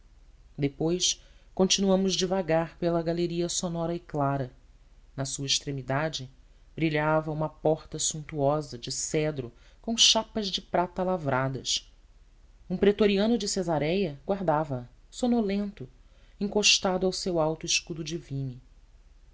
depois continuamos devagar pela galeria sonora e clara na sua extremidade brilhava uma porta suntuosa de cedro com chapas de prata lavradas um pretoriano de cesaréia guardava a sonolento encostado ao seu alto escudo